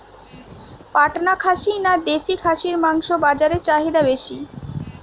পাটনা খাসি না দেশী খাসির মাংস বাজারে চাহিদা বেশি?